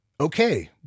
Okay